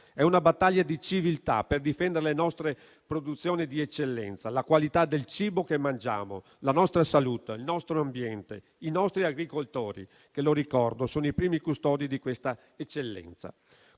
È una battaglia di civiltà per difendere le nostre produzioni di eccellenza, la qualità del cibo che mangiamo, la nostra salute, il nostro ambiente, i nostri agricoltori che - lo ricordo - sono i primi custodi di questa eccellenza.